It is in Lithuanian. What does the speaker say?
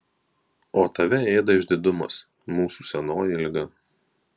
o tave ėda išdidumas mūsų senoji liga